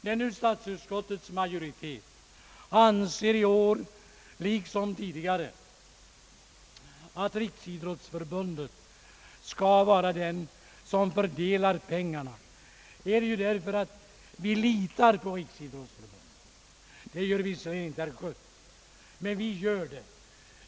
När nu statsutskottets majoritet i år anser, liksom tidigare, att Riksidrottsförbundet skall vara den instans som fördelar pengarna, så är det därför att vi litar på Riksidrottsförbundet. Visserligen gör inte herr Schött det.